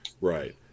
Right